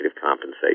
compensation